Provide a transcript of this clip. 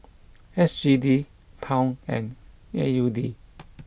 S G D Pound and A U D